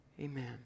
amen